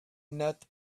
not